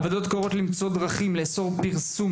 הוועדות קוראות למצוא דרכים לאסור פרסום